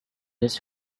his